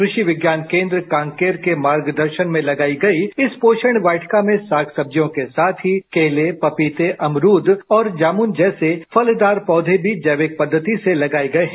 कृषि विज्ञान केंद्र कांकेर के मार्गदर्शन में लगाई गई इस पोषण वाटिका में साग सब्जियों के साथ ही केले पपीते अमरूद और जामुन जैसे फलदार पौधे भी जैविक पद्धति से लगाए गए हैं